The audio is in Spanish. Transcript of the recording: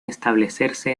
establecerse